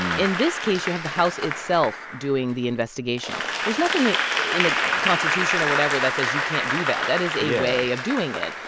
in this case, you have the house itself doing the investigation. there's nothing in the constitution or whatever that says you can't do that. that is a way of doing it.